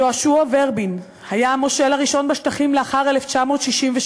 יהושע ורבין, היה המושל הראשון בשטחים לאחר 1967,